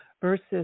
Versus